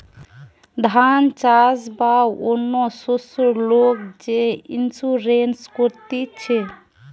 ধান চাষ বা অন্য শস্যের লোক যে ইন্সুরেন্স করতিছে